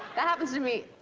that happens to me